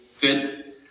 good